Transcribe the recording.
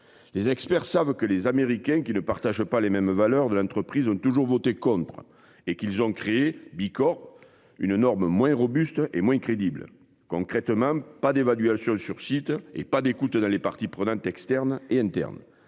Les experts savent que les Américains qui ne partagent pas les mêmes valeurs de l'entreprise ont toujours voté contre et qu'ils ont créé bicore une norme moins robuste et moins crédible. Concrètement. Pas d'évaluation sur chiites et pas d'écoute dans les parties prenantes externes et internes.